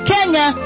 Kenya